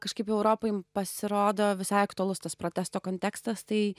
kažkaip europai pasirodo visai aktualus tas protesto kontekstas tai